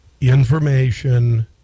information